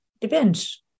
Depends